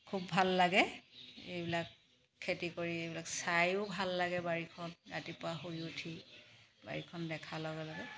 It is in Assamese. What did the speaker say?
খুব ভাল লাগে এইবিলাক খেতি কৰি এইবিলাক চায়ো ভাল লাগে বাৰীখন ৰাতিপুৱা শুই উঠি বাৰীখন দেখা লগে লগে